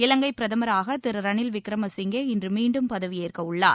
இலங்கை பிரதமராக திரு ரணில் விக்ரம சிங்கே இன்று மீண்டும் பதவி ஏற்க உள்ளார்